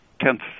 tenth